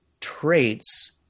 traits